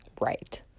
right